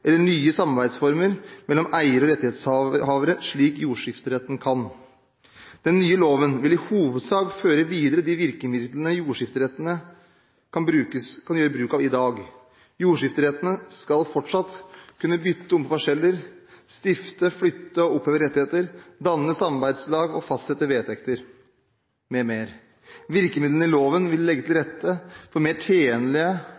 eller nye samarbeidsformer mellom eiere og rettighetshavere, slik jordskifteretten kan. Den nye loven vil i hovedsak føre videre de virkemidlene jordskifterettene kan gjøre bruk av i dag. Jordskifterettene skal fortsatt kunne bytte om på parseller, stifte, flytte og oppheve rettigheter, danne samarbeidslag og fastsette vedtekter m.m. Virkemidlene i loven vil legge til